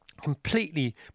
completely